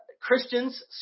Christians